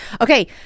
Okay